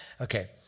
Okay